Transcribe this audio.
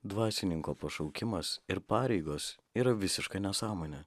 dvasininko pašaukimas ir pareigos yra visiška nesąmonė